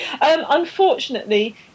Unfortunately